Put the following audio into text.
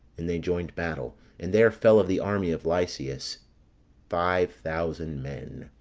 and they joined battle and there fell of the army of lysias five thousand men.